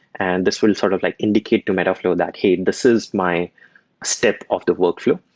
and this will sort of like indicate to metaflow that, hey, this is my step of the workflow.